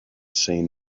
seen